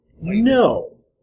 No